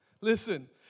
Listen